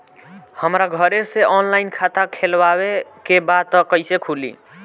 हमरा घरे से ऑनलाइन खाता खोलवावे के बा त कइसे खुली?